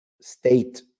state